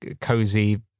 cozy